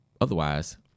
Otherwise